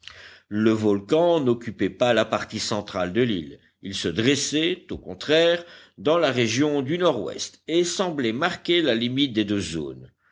le volcan n'occupait pas la partie centrale de l'île il se dressait au contraire dans la région du nord-ouest et semblait marquer la limite des deux zones